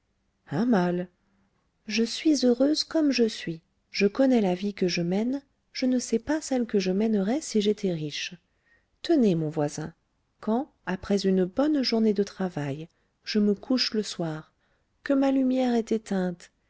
un mal je suis heureuse comme je suis je connais la vie que je mène je ne sais pas celle que je mènerais si j'étais riche tenez mon voisin quand après une bonne journée de travail je me couche le soir que ma lumière est éteinte